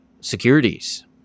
securities